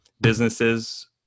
businesses